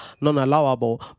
non-allowable